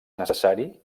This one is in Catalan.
necessari